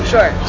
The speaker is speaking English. Sure